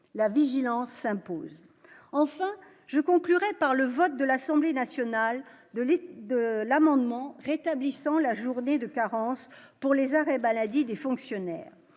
la vigilance s'impose enfin je conclurai par le vote de l'Assemblée nationale devait de l'amendement rétablissant la journée de carence pour les arrêts maladie des fonctionnaires